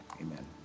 Amen